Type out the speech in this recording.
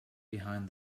behind